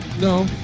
No